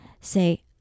say